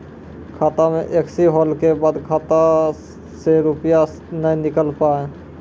खाता मे एकशी होला के बाद खाता से रुपिया ने निकल पाए?